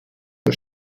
der